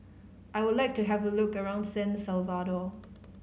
I would like to have a look around San Salvador